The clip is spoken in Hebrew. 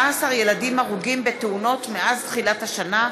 14 ילדים הרוגים בתאונות מאז תחילת השנה.